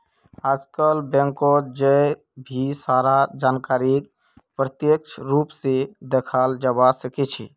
आजकल बैंकत जय भी सारा जानकारीक प्रत्यक्ष रूप से दखाल जवा सक्छे